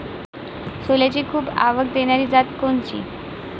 सोल्याची खूप आवक देनारी जात कोनची?